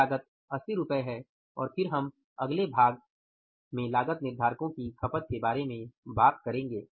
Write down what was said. यह लागत 80 रु है और फिर हम अगले भाग में लागत निर्धारकों की खपत के बारे में बात करेंगे